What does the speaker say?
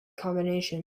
combination